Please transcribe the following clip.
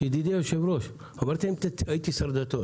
הייתי שר דתות,